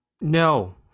No